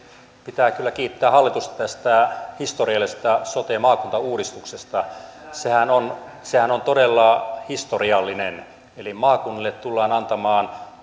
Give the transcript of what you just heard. pitää kyllä kiittää hallitusta tästä historiallisesta sote maakuntauudistuksesta sehän on sehän on todella historiallinen maakunnille tullaan antamaan